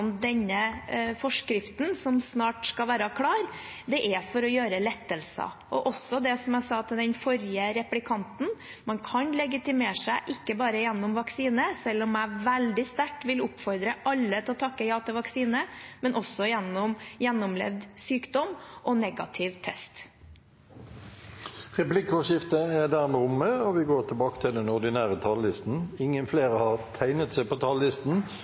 denne forskriften, som snart skal være klar, er for å gjøre lettelser. Og, som jeg sa til den forrige replikanten: Man kan legitimere seg ikke bare gjennom vaksine, selv om jeg veldig sterkt vil oppfordre alle til å takke ja til vaksine, men også ved gjennomlevd sykdom og negativ test. Replikkordskiftet er dermed omme. Flere har heller ikke bedt om ordet til